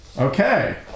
Okay